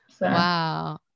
wow